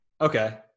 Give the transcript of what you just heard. okay